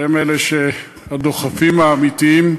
שהם אלה הדוחפים האמיתיים,